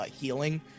healing